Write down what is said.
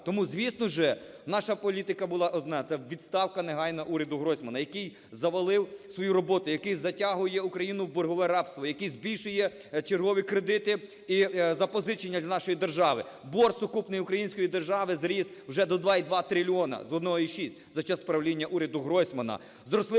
Тому, звісно ж, наша політика була одна – це відставка негайна уряду Гройсмана, який завалив свою роботу, який затягує Україну в боргове рабство, який збільшує чергові кредити і запозичення для нашої держави. Борг сукупний української держави зріс вже до 2,2 трильйона з 1,6 за час правління уряду Гройсмана.